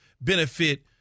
benefit